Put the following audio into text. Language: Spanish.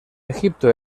egipto